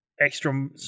extra